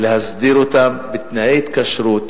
להסדיר אותם בתנאי התקשרות,